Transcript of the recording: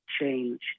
change